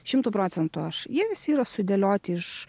šimtu procentų aš jie visi yra sudėlioti iš